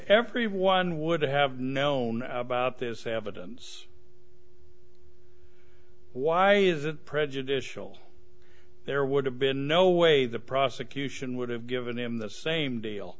everyone would have known about this evidence why is it prejudicial there would have been no way the prosecution would have given them the same deal